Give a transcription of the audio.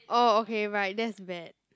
oh okay right that's bad